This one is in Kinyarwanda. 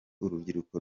urubyiruko